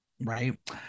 right